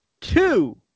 two